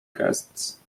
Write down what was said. guests